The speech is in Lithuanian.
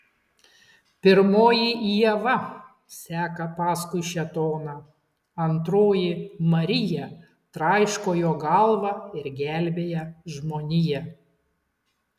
pirmoji ieva seka paskui šėtoną antroji marija traiško jo galvą ir gelbėja žmoniją